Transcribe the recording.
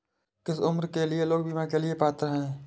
किस उम्र के लोग बीमा के लिए पात्र हैं?